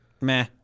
Meh